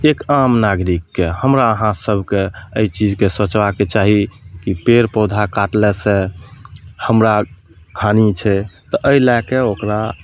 एक आम नागरिकके हमरा अहाँ सभके एहि चीजके सोचबाके चाही कि पेड़ पौधा काटलासँ हमरा हानि छै तऽ एहि लैके ओकरा